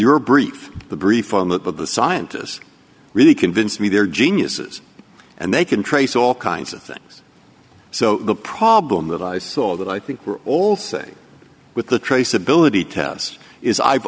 your brief brief on that but the scientists really convince me they're geniuses and they can trace all kinds of things so the problem that i saw that i think we're all saying with the traceability tess is i've